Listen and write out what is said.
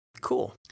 Cool